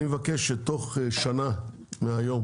אני מבקש שתוך שנה מהיום